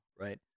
right